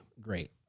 great